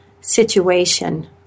situation